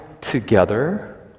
together